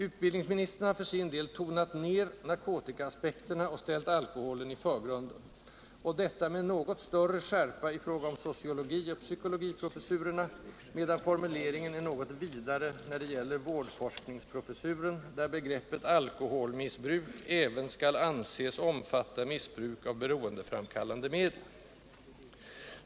Utbildningsministern har för sin del tonat ned narkotikaaspekterna och ställt alkoholen i förgrunden, och detta med något större skärpa i fråga om sociologioch psykologiprofessurerna, medan formuleringen är något vidare när det gäller vårdforskingsprofessuren, där begreppet ”alkoholmissbruk” även skall anses omfatta missbruk av beroendeframkallande medel.